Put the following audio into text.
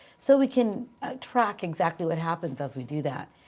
so we can track exactly what happens as we do that.